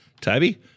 Toby